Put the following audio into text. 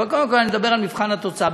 אבל קודם כול אני מדבר על מבחן התוצאה.